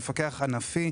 יש מפקח ענפי,